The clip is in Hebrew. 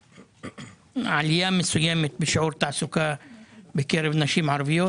עלייה מסוימת בשיעור התעסוקה בקרב נשים ערביות,